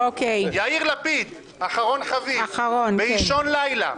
יאיר לפיד: "באישון לילה,